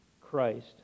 Christ